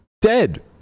Dead